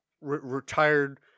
retired